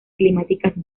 climáticas